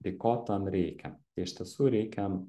tai ko tam reikia tai iš tiesų reikia